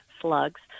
slugs